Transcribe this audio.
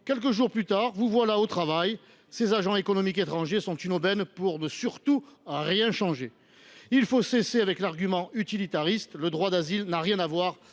quelques jours plus tard, vous voilà au travail ! Ces acteurs économiques étrangers sont une aubaine pour ne surtout rien changer. Il faut cesser d’utiliser l’argument utilitariste : le droit d’asile n’a rien à voir